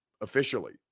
officially